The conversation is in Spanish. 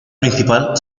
principal